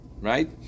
right